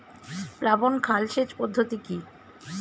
প্লাবন খাল সেচ পদ্ধতি কি?